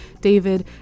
David